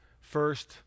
First